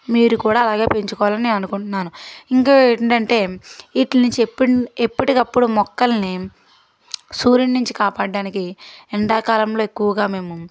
మీరు కూడా అలాగే పెంచుకోవాలని నేను అనుకుంటున్నాను ఇంకా ఏంటంటే వీటిని ఎప్పటికప్పుడు మొక్కలని సూర్యుడి నుంచి కాపాడటానికి ఎండాకాలంలో ఎక్కువగా మేము